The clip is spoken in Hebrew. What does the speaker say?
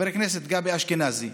גבי אשכנזי,